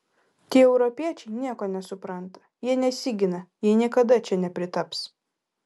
tie europiečiai nieko nesupranta jie nesigina jie niekada čia nepritaps